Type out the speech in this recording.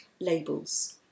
labels